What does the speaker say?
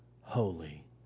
holy